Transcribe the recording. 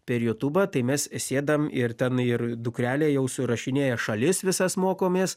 per jutubą tai mes sėdam ir ten ir dukrelė jau surašinėja šalis visas mokomės